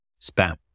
spam